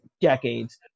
decades